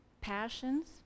passions